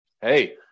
Hey